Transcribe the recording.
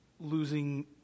losing